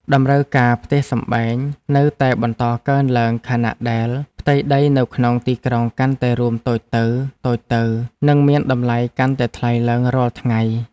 តម្រូវការផ្ទះសម្បែងនៅតែបន្តកើនឡើងខណៈដែលផ្ទៃដីនៅក្នុងទីក្រុងកាន់តែរួមតូចទៅៗ និងមានតម្លៃកាន់តែថ្លៃឡើងរាល់ថ្ងៃ។